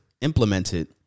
Implemented